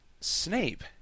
Snape